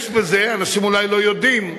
אנשים אולי לא יודעים,